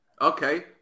Okay